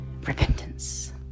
repentance